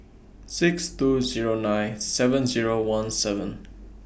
six two Zero nine seven Zero one seven